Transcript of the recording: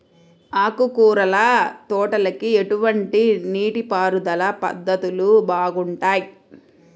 ఆకుకూరల తోటలకి ఎటువంటి నీటిపారుదల పద్ధతులు బాగుంటాయ్?